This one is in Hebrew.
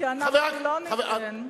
חבר הכנסת נסים זאב.